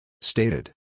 Stated